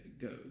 go